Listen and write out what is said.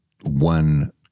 one